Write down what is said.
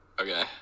Okay